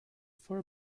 for